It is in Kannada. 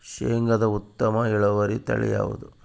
ಶೇಂಗಾದ ಉತ್ತಮ ಇಳುವರಿ ತಳಿ ಯಾವುದು?